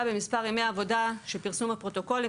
משמעותית במספר ימי העבודה של פרסום הפרוטוקולים,